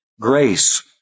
grace